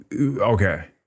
Okay